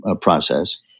process